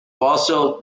also